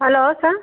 hello sir